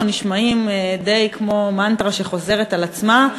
די נשמעים כמו מנטרה שחוזרת על עצמה.